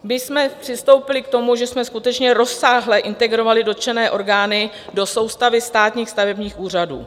My jsme přistoupili k tomu, že jsme skutečně rozsáhle integrovali dotčené orgány do soustavy státních stavebních úřadů.